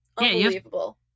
unbelievable